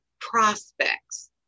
prospects